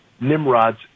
Nimrod's